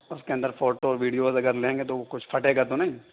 اس کے اندر photo videos اگر لیں گے تو وہ کچھ پھٹے گا تو نہیں